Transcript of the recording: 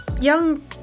young